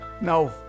No